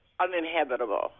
uninhabitable